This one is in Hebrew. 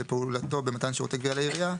בפעולתו במתן שירותי גבייה לעירייה,